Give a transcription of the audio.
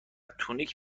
تونیک